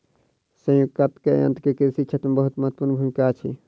संयुक्तक यन्त्र के कृषि क्षेत्र मे बहुत महत्वपूर्ण भूमिका अछि